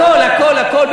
הכול הכול הכול.